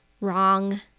wrong